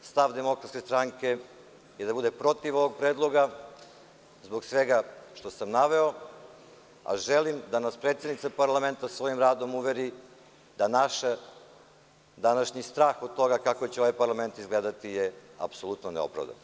Još jednom, stav Demokratske stranke je da bude protiv ovog predloga zbog svega što sam naveo, a želim da nas predsednica parlamenta svojim radom uveri da je naš današnji strah od toga kako će ovaj parlament izgledati apsolutno neopravdan.